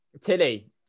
Tilly